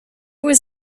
was